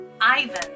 Ivan